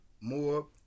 more